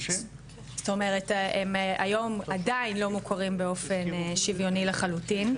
זאת אומרת הם היום עדיין לא מוכרים באופן שוויוני לחלוטין.